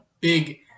big